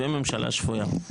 וממשלה שפויה.